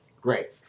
great